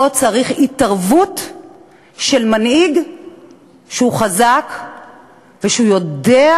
צריך התערבות של מנהיג שהוא חזק ושיודע